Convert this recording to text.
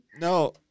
No